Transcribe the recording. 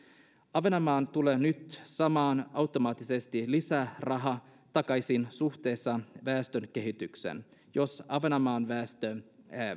ahvenanmaa tulee nyt saamaan automaattisesti lisää rahaa takaisin suhteessa väestönkehitykseen jos ahvenanmaan väestö